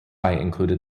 included